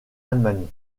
allemagne